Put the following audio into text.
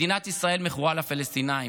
מדינת ישראל מכורה לפלסטינים.